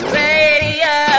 radio